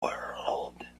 world